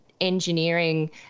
engineering